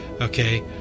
Okay